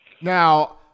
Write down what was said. now